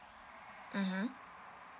(uh huh)